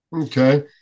Okay